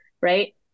right